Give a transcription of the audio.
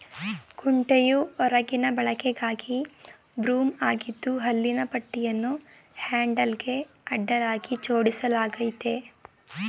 ಕುಂಟೆಯು ಹೊರಗಿನ ಬಳಕೆಗಾಗಿ ಬ್ರೂಮ್ ಆಗಿದ್ದು ಹಲ್ಲಿನ ಪಟ್ಟಿಯನ್ನು ಹ್ಯಾಂಡಲ್ಗೆ ಅಡ್ಡಲಾಗಿ ಜೋಡಿಸಲಾಗಯ್ತೆ